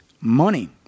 money